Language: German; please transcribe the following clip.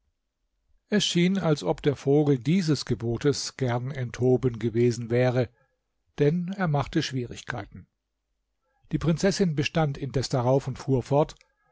schien als ob der vogel dieses gebotes gern enthoben gewesen wäre denn er machte schwierigkeiten die prinzessin bestand indes darauf und fuhr fort